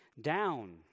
down